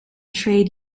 trade